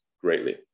greatly